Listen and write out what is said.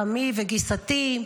חמי וגיסתי.